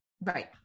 right